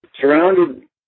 Surrounded